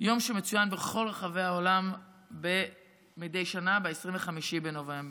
יום שמצוין בכל רחבי העולם מדי שנה ב-25 בנובמבר.